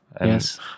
Yes